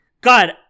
God